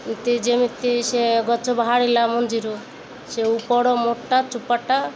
ଏମତି ଯେମିତି ସେ ଗଛ ବାହାରିଲା ମଞ୍ଜିରୁ ସେ ଉପର ମୋଟା ଚୋପାଟା